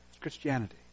Christianity